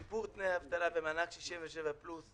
שיפור תנאי אבטלה ומענק 67 פלוס,